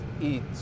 eat